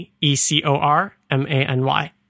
E-C-O-R-M-A-N-Y